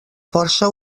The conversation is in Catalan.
força